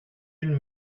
une